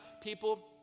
people